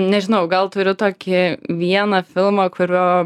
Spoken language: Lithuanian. nežinau gal turiu tokį vieną filmą kurio